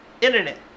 internet